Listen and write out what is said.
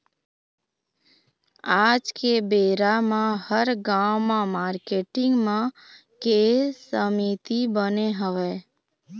आज के बेरा म हर गाँव म मारकेटिंग मन के समिति बने हवय